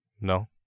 No